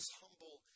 humble